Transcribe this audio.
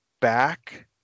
back